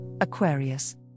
Aquarius